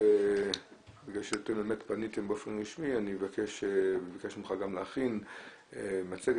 בגלל שאתם פניתם באופן רשמי וביקשנו ממך גם להכין מצגת